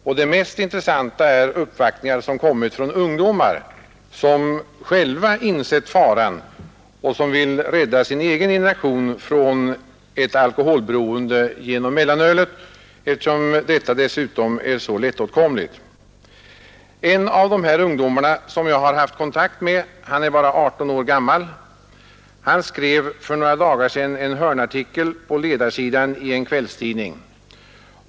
Och det mest intressanta är uppvaktningar, som kommit från ungdomar, som själva insett faran och som vill rädda sin egen generation från ett alkoholberoende genom mellanölet, eftersom detta dessutom är så lättåtkomligt. En av de här ungdomarna, som jag har haft kontakt med — han är bara 18 år gammal — skrev för några dagar sedan en hörnartikel på ledarsidan i en kvällstidning.